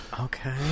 okay